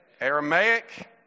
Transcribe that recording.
aramaic